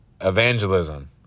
evangelism